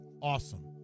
awesome